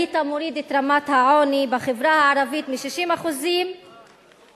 היית מוריד את רמת העוני בחברה הערבית מ-60% ל-16%.